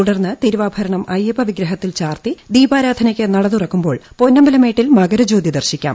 തുടർന്ന് തിരുവാഭരണം അയ്യപ്പവിഗ്രഹത്തിൽ ചാർത്തി ദീപാരാധനയ്ക്ക് നട തുറക്കുമ്പോൾ പൊന്നമ്പല മേട്ടിൽ മകരജ്യോതി ദർശിക്കാം